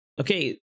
Okay